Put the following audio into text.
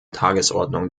tagesordnung